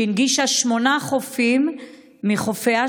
שהנגישה שמונה חופים מחופיה,